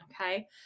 okay